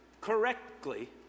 correctly